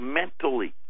mentally